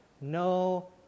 no